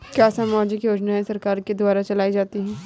क्या सामाजिक योजनाएँ सरकार के द्वारा चलाई जाती हैं?